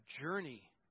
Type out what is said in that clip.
journey